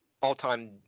all-time